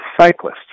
cyclists